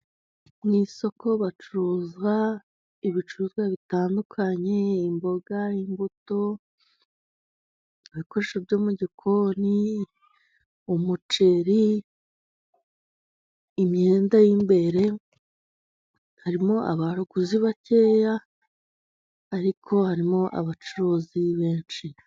Mu isoko bacuruza ibicuruzwa bitandukanye imboga n'imbuto, ibikoresho byo mu gikoni, umuceri, imyenda y'imbere, harimo abaguzi bakeya ariko harimo abacuruzi benshi.